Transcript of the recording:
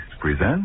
presents